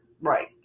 Right